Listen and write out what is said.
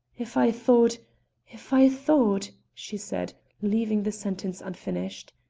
if i thought if i thought! she said, leaving the sentence unfinished.